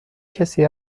کسی